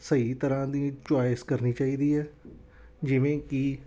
ਸਹੀ ਤਰ੍ਹਾਂ ਦੀ ਚੋਇਸ ਕਰਨੀ ਚਾਹੀਦੀ ਹੈ ਜਿਵੇਂ ਕਿ